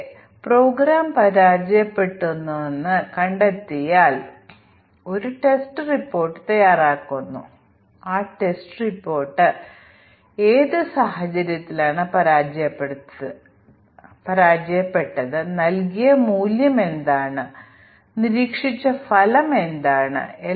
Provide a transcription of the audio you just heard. mutant live ആണെന്നും test കേസുകൾ argument ഇത് ഫ്ലാഗുചെയ്യും പക്ഷേ അവർ ഒരു ഫ്ലാഗ് നെ കുറിച്ച് ഗവേഷണം നടത്തുമ്പോഴെല്ലാം നമുക്ക് ഒരു ഇക്വലെനറ്റ് മ്യൂട്ടന്റ് ലഭിക്കുന്നുണ്ടോ എന്ന് ഞങ്ങൾ സ്വമേധയാ പരിശോധിക്കേണ്ടതുണ്ട് ഞങ്ങൾ വിഷമിക്കേണ്ടതില്ല